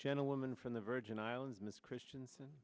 gentleman from the virgin islands miss christiansen